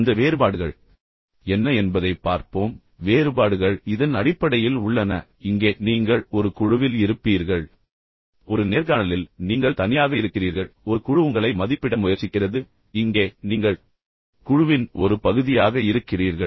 அந்த வேறுபாடுகள் என்ன என்பதைப் பார்ப்போம் வேறுபாடுகள் இதன் அடிப்படையில் உள்ளன இங்கே நீங்கள் ஒரு குழுவில் இருப்பீர்கள் ஒரு நேர்காணலில் நீங்கள் தனியாக இருக்கிறீர்கள் ஒரு குழு உங்களை மதிப்பிட முயற்சிக்கிறது இங்கே நீங்கள் குழுவின் ஒரு பகுதியாக இருக்கிறீர்கள்